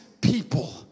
people